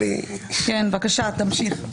בבקשה, תמשיך.